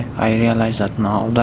i realise that no, and